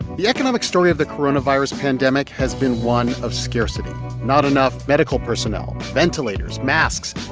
the economic story of the coronavirus pandemic has been one of scarcity not enough medical personnel, ventilators, masks,